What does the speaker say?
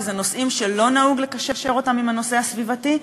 כי אלה נושאים שלא נהוג לקשר אותם עם הנושא הסביבתי,